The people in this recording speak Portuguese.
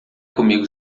comigo